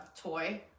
toy